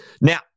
Now